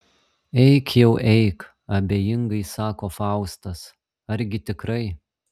eik jau eik abejingai sako faustas argi tikrai